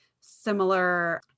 similar